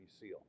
SEAL